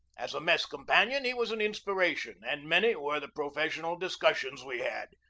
as a mess companion he was an inspiration, and many were the professional dis cussions we had,